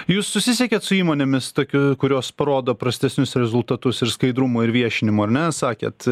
jūs susisiekėt su įmonėmis tokių kurios parodo prastesnius rezultatus ir skaidrumo ir viešinimo ar ne sakėt